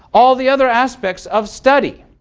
all the other aspects of study.